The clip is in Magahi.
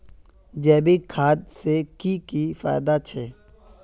जैविक खाद से की की फायदा छे?